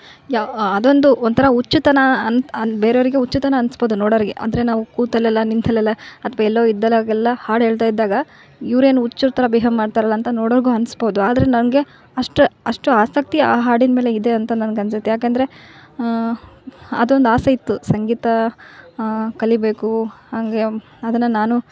ಯಾ ಅದೊಂದು ಒಂಥರ ಹುಚ್ಚುತನ ಅಂತ ಬೇರೆಯವರಿಗೆ ಹುಚ್ಚುತನ ಅನಿಸ್ಬೋದು ನೋಡೋರಿಗೆ ಅಂದರೆ ನಾವು ಕೂತಲ್ಲೆಲ್ಲ ನಿಂತಲ್ಲೆಲ್ಲಾ ಅಥ್ವಾ ಎಲ್ಲೋ ಇದ್ದಗೆಲ್ಲಾ ಹಾಡು ಹೇಳ್ತ ಇದ್ದಾಗ ಇವ್ರು ಏನು ಹುಚ್ಚರ ಥರ ಬಿಹೇವ್ ಮಾಡ್ತಾರಲ್ಲ ಅಂತ ನೋಡೋರಿಗು ಅನಿಸ್ಬೋದು ಆದರೆ ನನಗೆ ಅಷ್ಟು ಅಷ್ಟುಆಸಕ್ತಿ ಆ ಹಾಡಿನ ಮೇಲೆ ಇದೆ ಅಂತ ನನ್ಗೆ ಅನಿಸುತ್ತೆ ಯಾಕಂದ್ರೆ ಅದೊಂದು ಆಸೆ ಇತ್ತು ಸಂಗೀತ ಕಲಿಬೇಕು ಹಂಗೇ ಅದನ್ನ ನಾನು